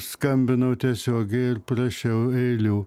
skambinau tiesiogiai ir prašiau eilių